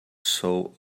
soul